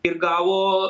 ir gavo